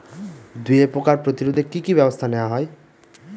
দুয়ে পোকার প্রতিরোধে কি কি ব্যাবস্থা নেওয়া হয়?